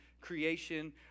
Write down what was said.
creation